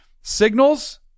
signals –